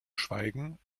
schweigen